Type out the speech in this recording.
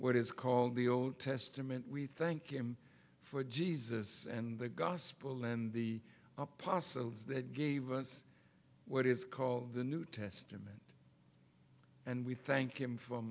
what is called the old testament we thank him for jesus and the gospel and the apostles that gave us what is called the new testament and we thank him f